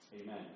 Amen